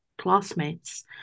classmates